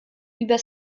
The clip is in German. über